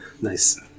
Nice